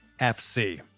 FC